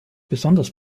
besonders